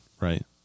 Right